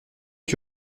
que